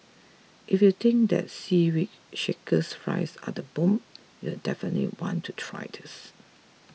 if you think that Seaweed Shaker Fries are the bomb you'll definitely want to try this